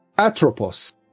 atropos